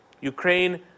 ukraine